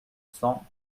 cents